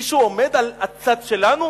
מישהו עומד על הצד שלנו?